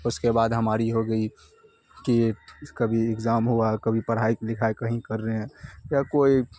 اس کے بعد ہماری ہو گئی کہ کبھی ایگزام ہوا کبھی پڑھائی لکھائی کہیں کر رہے ہیں یا کوئی